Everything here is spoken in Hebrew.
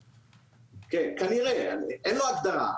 כן, כנראה, אין לו הגדרה.